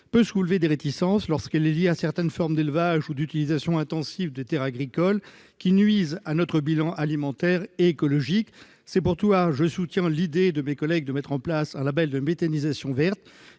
peut soulever des réticences lorsqu'elle est liée à certaines formes d'élevage ou d'utilisation intensive des terres agricoles, qui nuisent à notre bilan alimentaire et écologique. C'est pourquoi je soutiens l'idée de mes collègues de mettre en place un label de « méthanisation verte